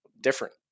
different